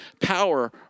power